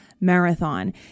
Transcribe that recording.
marathon